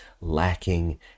lacking